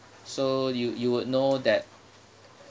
so you you would know that